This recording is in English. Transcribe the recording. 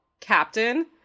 captain